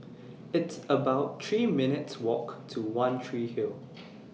It's about three minutes' Walk to one Tree Hill